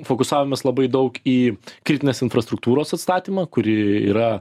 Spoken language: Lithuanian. fokusavimas labai daug į kritinės infrastruktūros atstatymą kuri yra